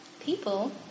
people